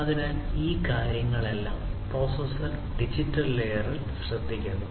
അതിനാൽ ഈ കാര്യങ്ങളെല്ലാം പ്രോസസ്സർ ഡിജിറ്റൽ ലെയറിൽ ശ്രദ്ധിക്കുന്നു